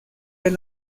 del